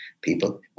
People